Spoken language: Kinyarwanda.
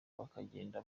bakagenda